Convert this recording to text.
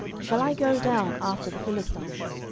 shall i go down after the philistines?